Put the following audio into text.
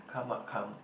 come what come